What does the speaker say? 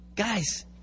Guys